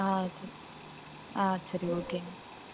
ஆ சரி ஆ சரி ஓகேங்க மேம்